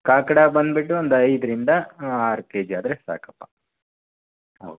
ಕಾಕಡ ಬಂದ್ಬಿಟ್ಟು ಒಂದು ಐದರಿಂದ ಆರು ಕೆಜಿ ಆದರೆ ಸಾಕಪ್ಪ ಓಕೆ